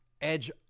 Edge